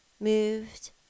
moved